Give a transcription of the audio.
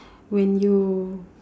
when you